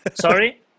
Sorry